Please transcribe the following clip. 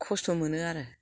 खस्थ' मोनो आरो